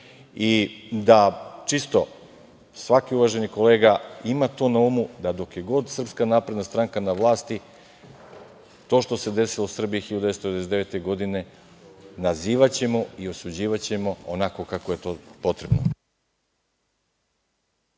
čisto svaki uvaženi kolega ima to na umu da dok je god SNS na vlasti, to što se desilo Srbiji 1999. godine nazivaćemo i osuđivaćemo onako kako je to potrebno.